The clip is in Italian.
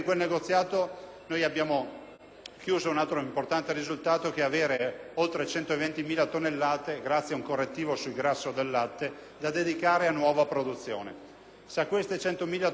raggiunto un altro importante risultato, che è quello di avere oltre 120.000 tonnellate, grazie ad un correttivo sul grasso del latte, da dedicare a nuova produzione. Se a queste 120.000 tonnellate sommiamo le 200.000 frutto delle